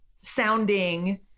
sounding